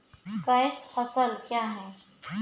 Cash फसल क्या हैं?